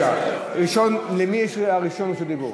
בבקשה, ראשון, מי הראשון שיש לו רשות דיבור?